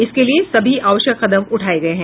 इसके लिए सभी आवश्यक कदम उठाए गए हैं